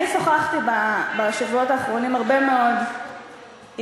אני שוחחתי בשבועות האחרונים הרבה מאוד עם